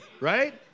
right